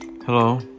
Hello